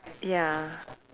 ya